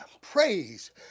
praise